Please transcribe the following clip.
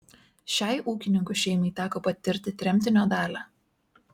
šiai ūkininkų šeimai teko patirti tremtinio dalią